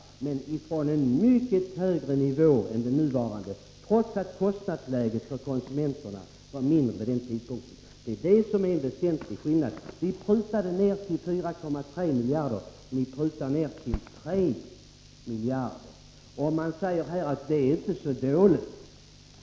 — från en mycket högre nivå än den nuvarande, trots att kostnaderna för konsumenterna vid den tidpunkten var mindre. Det är en väsentlig skillnad. Vi prutade ned till 4,3 miljarder, ni prutar ned till 3 miljarder. Man säger här att 3 miljarder inte är så dåligt.